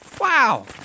Wow